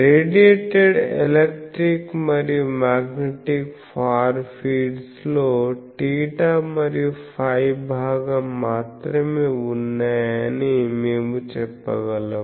radiated electric మరియు magnetic far ఫీల్డ్స్లో θ మరియు φ భాగం మాత్రమే ఉన్నాయని మేము చెప్పగలం